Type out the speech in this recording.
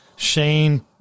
Shane